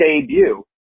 debut